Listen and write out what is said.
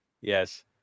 Yes